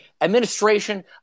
administration